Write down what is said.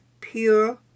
pure